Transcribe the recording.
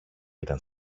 ήταν